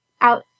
out